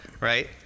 Right